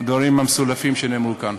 הדברים המסולפים שנאמרו כאן.